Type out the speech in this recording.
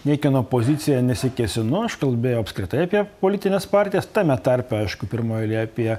niekieno poziciją nesikėsinu aš kalbėjau apskritai apie politines partijas tame tarpe aišku pirmoj eilėj apie